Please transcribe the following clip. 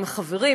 עם החברים,